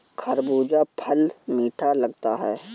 खरबूजा फल मीठा लगता है